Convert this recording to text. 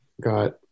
got